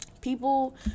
people